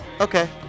Okay